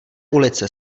ulice